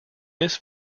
this